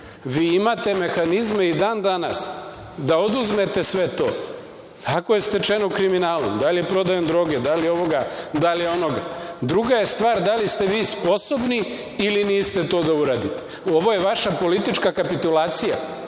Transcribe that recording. imate mehanizme i dan danas da oduzmete sve to ako je stečeno kriminalom, da li prodajom droge, da li ovoga, da li onoga. Druga je stvar da li ste vi sposobni ili niste to da uradite. Ovo je vaša politička kapitulacija